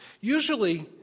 Usually